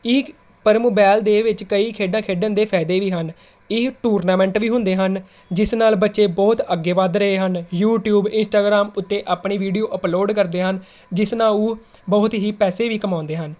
ਇਹ ਪਰ ਮੋਬਾਇਲ ਦੇ ਵਿੱਚ ਕਈ ਖੇਡਾਂ ਖੇਡਣ ਦੇ ਫ਼ਾਇਦੇ ਵੀ ਹਨ ਇਹ ਟੂਰਨਾਮੈਂਟ ਵੀ ਹੁੰਦੇ ਹਨ ਜਿਸ ਨਾਲ ਬੱਚੇ ਬਹੁਤ ਅੱਗੇ ਵੱਧ ਰਹੇ ਹਨ ਯੂਟਿਊਬ ਇੰਸਟਾਗ੍ਰਾਮ ਉੱਤੇ ਆਪਣੀ ਵੀਡੀਓ ਅਪਲੋਡ ਕਰਦੇ ਹਨ ਜਿਸ ਨਾਲ ਉਹ ਬਹੁਤ ਹੀ ਪੈਸੇ ਵੀ ਕਮਾਉਂਦੇ ਹਨ